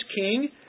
king